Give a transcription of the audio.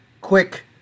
quick